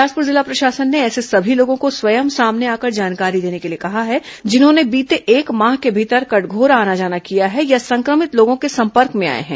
बिलासपुर जिला प्रशासन ने ऐसे सभी लोगों को स्वयं सामने आकर जानकारी देने के लिए कहा है जिन्होंने बीते एक माह के भीतर कटघोरा आना जाना किया है या संक्रमित लोगों के संपर्क में आए हैं